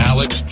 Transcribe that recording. Alex